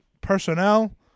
personnel